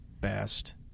best